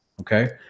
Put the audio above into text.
Okay